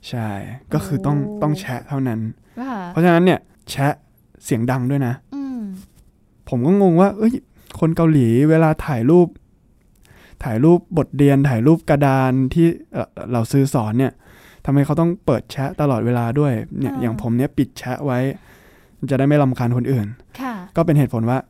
ใช่ ก็คือต้อง-โอ้ต้องแชะเท่านั้นว่าเพราะฉะนั้นเนี่ยแชะเสียงดังด้วยนะอืมผมก็งงว่า เอ้ย คนเกาหลีเวลาถ่ายรูป ถ่ายรูปบทเรียน ถ่ายรูปกระดานที่ เอ่อ เราซื้อสอนเนี่ย ทำไมเขาต้องเปิดแชะตลอดเวลาด้วยเนี่ย อย่างอ่าผมเนี่ยปิดแชะไว้ จะได้ไม่รำคาญคนอื่นค่ะก็เป็นเหตุผลว่า